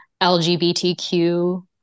LGBTQ